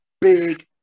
big